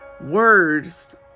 Words